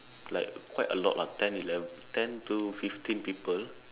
like quite a lot lah ten eleven ten to fifteen people